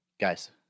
Guys